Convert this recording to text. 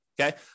Okay